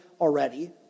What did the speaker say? already